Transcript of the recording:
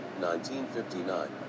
1959